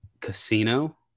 casino